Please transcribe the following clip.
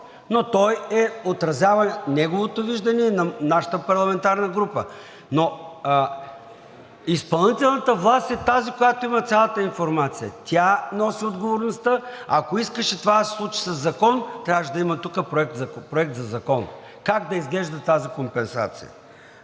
но той отразява неговото виждане и на нашата парламентарна група. Но изпълнителната власт е тази, която има цялата информация. Тя носи отговорността. Ако искаше това да се случи със закон, трябваше да има тук проект за закон как да изглежда тази компенсация.